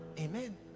Amen